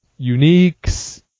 uniques